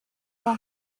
con